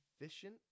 efficient